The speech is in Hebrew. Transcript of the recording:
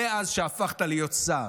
מאז שהפכת להיות שר,